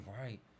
right